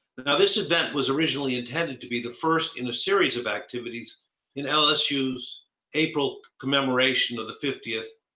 now this event was originally intended to be the first in a series of activities in lsu's april commemoration of the fiftieth